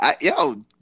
Yo